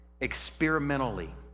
experimentally